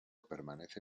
permanece